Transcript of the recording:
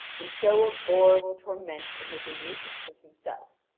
and so a bore will torment and make a nuisance of himself.